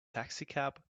taxicab